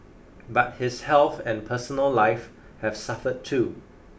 but his health and personal life have suffered too